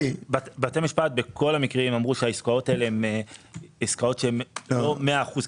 בתי המשפט בכל המקרים אמרו שהעסקאות הללו הן לא מאה אחוז,